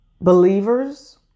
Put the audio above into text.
believers